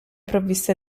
provviste